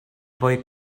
boy